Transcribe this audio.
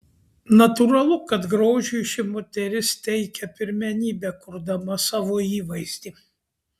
natūralu kad grožiui ši moteris teikia pirmenybę kurdama savo įvaizdį